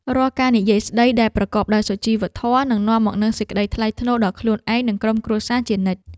រាល់ការនិយាយស្តីដែលប្រកបដោយសុជីវធម៌នឹងនាំមកនូវសេចក្តីថ្លៃថ្នូរដល់ខ្លួនឯងនិងក្រុមគ្រួសារជានិរន្តរ៍។